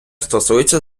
стосується